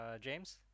James